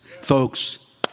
Folks